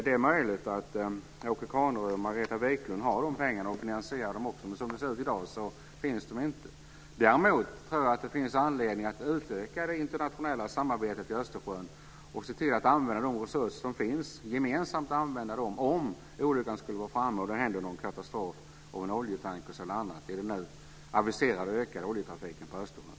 Det är möjligt att Åke Carnerö och Margareta Viklund har pengarna till att finansiera detta också, men som det ser ut i dag finns de inte. Däremot tror jag att det finns anledning att utöka det internationella samarbetet i Östersjön och se till att gemensamt använda de resurser som finns om olyckan skulle vara framme och det händer någon katastrof med en oljetanker eller något annat med tanke på den nu aviserade ökade oljetrafiken på Östersjön.